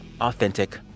authentic